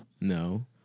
no